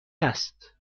است